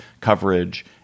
coverage